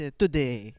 today